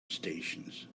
stations